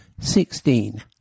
Sixteen